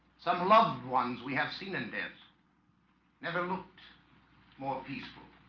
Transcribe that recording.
some loved ones we have seen in death never looked more peaceful